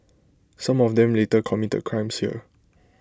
some of them later committed crimes here